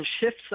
shifts